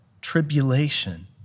tribulation